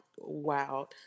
Wow